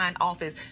office